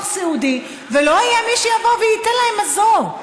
סיעודי ולא יהיה מי שיבוא וייתן להם מזור.